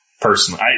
Personally